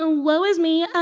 ah woe is me.